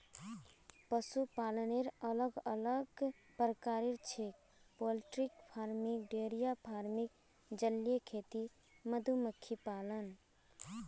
पशुपालनेर अलग अलग प्रकार छेक पोल्ट्री फार्मिंग, डेयरी फार्मिंग, जलीय खेती, मधुमक्खी पालन